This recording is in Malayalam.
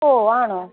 ഓ ആണോ